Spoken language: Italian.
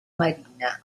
marina